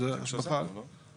--- הוספנו את זה.